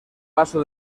paso